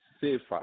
safer